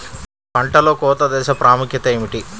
పంటలో కోత దశ ప్రాముఖ్యత ఏమిటి?